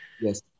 Yes